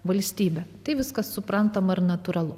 valstybe tai viskas suprantama ir natūralu